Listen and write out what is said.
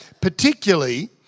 Particularly